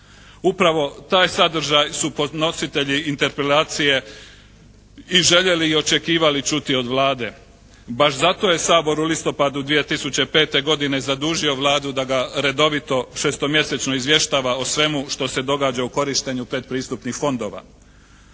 Upravo taj sadržaj su podnositelji interpelacije i željeli i očekivali čuti od Vlade. Baš zato je Sabor u listopadu 2005. godine zadužio Vladu da ga redovito 6-mjesečno izvještava o svemu što se događa u korištenju predpristupnih fondova.